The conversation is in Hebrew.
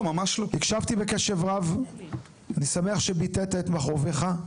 הקשבתי בקשב ואני שמח שביטאת את מכאוביך.